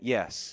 Yes